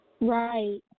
Right